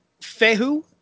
fehu